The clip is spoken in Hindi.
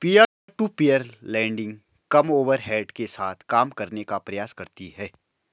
पीयर टू पीयर लेंडिंग कम ओवरहेड के साथ काम करने का प्रयास करती हैं